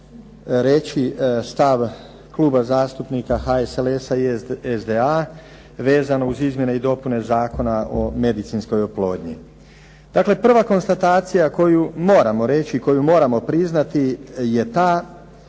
reći stav Kluba zastupnika HSLS-a i SDA vezano uz izmjene i dopune Zakona o medicinskoj oplodnji. Dakle, prva konstatacija koju moramo reći, koju moramo priznati je ta